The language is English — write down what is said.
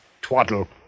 twaddle